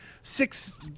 six